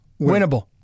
winnable